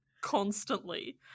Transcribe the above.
constantly